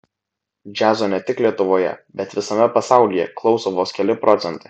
džiazo ne tik lietuvoje bet visame pasaulyje klauso vos keli procentai